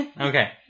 Okay